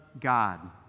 God